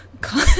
call